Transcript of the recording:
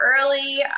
early